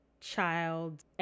child